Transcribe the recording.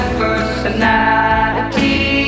personality